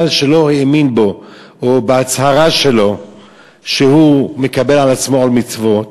מפני שלא האמין בו או בהצהרה שלו שהוא מקבל על עצמו עול מצוות.